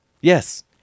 Yes